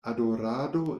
adorado